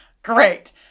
Great